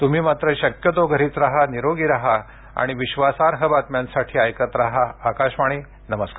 तुम्ही मात्र शक्यतो घरीच राहा निरोगी राहा आणि विश्वासार्ह बातम्यासाठी ऐकत राहा आकाशवाणी नमस्कार